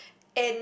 and